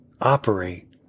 operate